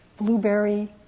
blueberry